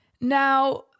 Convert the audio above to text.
now